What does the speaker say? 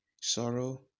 sorrow